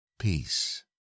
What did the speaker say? peace